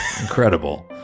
incredible